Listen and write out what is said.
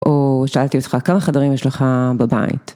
או שאלתי אותך כמה חדרים יש לך בבית.